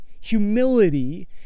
Humility